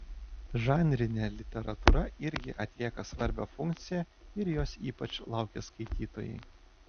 žanrinė literatūra irgi atlieka svarbią funkciją ir jos ypač laukia skaitytojai